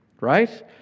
right